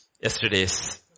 Yesterday's